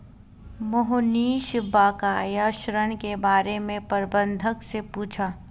मोहनीश बकाया ऋण के बारे में प्रबंधक से पूछा